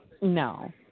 No